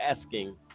asking